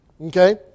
Okay